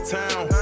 town